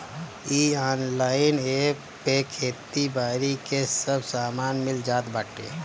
इ online app पे खेती बारी के सब सामान मिल जात बाटे